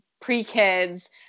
pre-kids